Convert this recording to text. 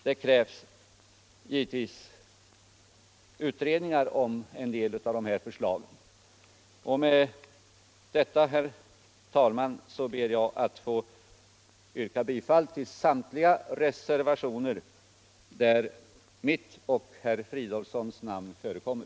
— Det krävs givetvis utredningar om en del av de här förslagen. Med detta, herr talman, ber jag att få yrka bifall till samtliga reservationer där mitt och herr Fridolfssons namn förekommer.